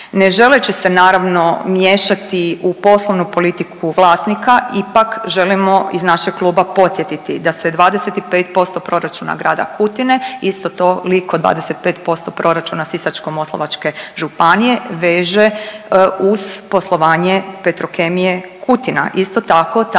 Ne želeći se naravno miješati u poslovnu politiku vlasnika ipak želimo iz našeg kluba podsjetiti da se 25% proračuna Grada Kutine isto toliko 25% proračuna Sisačko-moslavačka županije veže uz poslovanje Petrokemije Kutina.